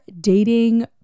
dating